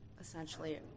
essentially